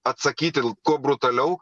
atsakyti kuo brutaliau